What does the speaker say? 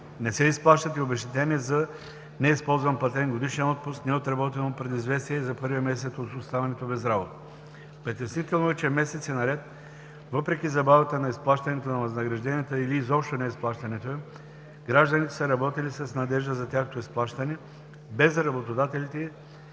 Не се изплащат и обезщетения за неизползван платен годишен отпуск, неотработено предизвестие за първия месец от оставането без работа. Притеснително е, че месеци наред, въпреки забавата на изплащането на възнагражденията или изобщо неизплащането им, гражданите са работили с надежда за тяхното изплащане, без работодателите